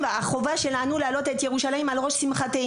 החובה שלנו היא להעלות את ירושלים על ראש שמחתנו.